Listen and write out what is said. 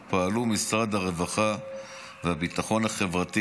פעלו משרד הרווחה והביטחון החברתי,